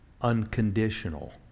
unconditional